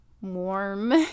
warm